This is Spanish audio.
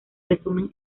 resumen